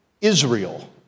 Israel